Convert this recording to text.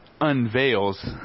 unveils